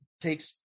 takes